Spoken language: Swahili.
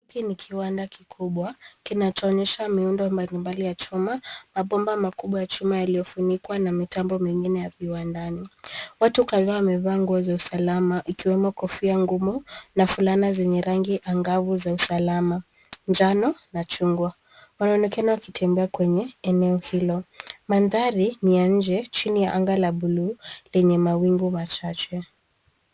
Hiki ni kiwanda kikubwa kinachoonyesha miundo mbalimbali ya chuma, mabomba makubwa ya chuma yaliyofunikwa na mitambo mingine ya viwandani. Watu kadhaa wamevaa nguo za usalama ikiwemo kofia ngumu na fulana zenye rangi angavu za usalama; njano na chungwa. Wanaonekana wakitembea kwenye eneo hilo. Mandhari ni ya nje chini ya anga la bluu lenye mawingu machache.